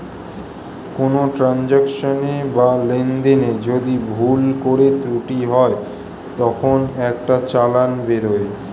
কোনো ট্রান্সাকশনে বা লেনদেনে যদি ভুল করে ত্রুটি হয় তখন একটা চালান বেরোয়